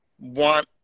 want